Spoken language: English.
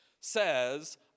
says